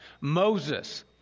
Moses